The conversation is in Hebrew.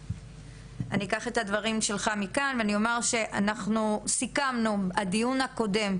אני אקח את הדברים שלך מכאן ואני אומר שאנחנו סיכמנו בדיון הקודם,